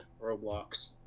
Roblox